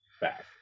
back